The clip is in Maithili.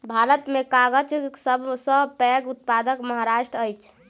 भारत में कागजक सब सॅ पैघ उत्पादक महाराष्ट्र अछि